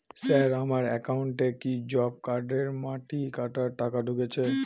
Sir আমার একাউন্টে কি জব কার্ডের মাটি কাটার টাকা ঢুকেছে?